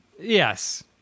Yes